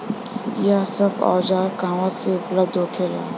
यह सब औजार कहवा से उपलब्ध होखेला?